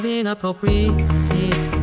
Inappropriate